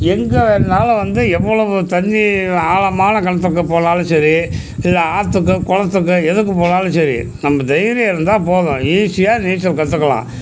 எங்கள் வேணாலும் வந்து எவ்வளவு தண்ணி ஆழமான கிணத்துக்கு போனாலும் சரி இல்லை ஆற்றுக்கு குளத்துக்கு எதுக்கு போனாலும் சரி நம்ம தைரியம் இருந்தால் போதும் ஈஸியாக நீச்சல் கற்றுக்கலாம்